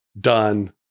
Done